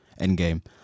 Endgame